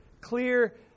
clear